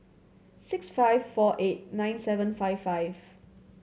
six five four eight nine seven five five